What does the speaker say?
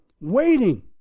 waiting